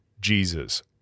Jesus